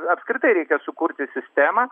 apskritai reikia sukurti sistemą